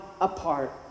apart